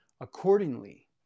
accordingly